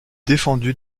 défendu